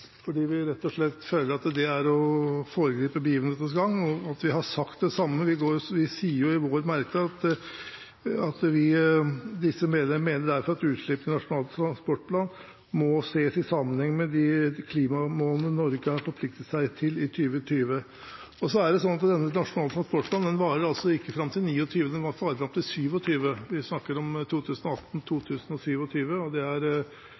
fordi vi rett og slett føler at det er å foregripe begivenhetenes gang, og at vi har sagt det samme. Vi sier jo i vår merknad: «Disse medlemmer mener derfor at utslippsmålene i Nasjonal transportplan må ses i sammenheng med de klimamålene Norge har forpliktet seg til i 2030.» Det er også sånn at denne nasjonale transportplanen varer altså ikke fram til 2029, den varer fram til 2027. Vi snakker om 2018–2027, og det er to år før man kommer til 2020. Ellers skjer det mye i transportsektoren som gjør at den nok er